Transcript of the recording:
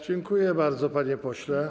Dziękuję bardzo, panie pośle.